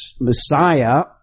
Messiah